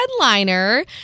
headliner